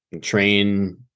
train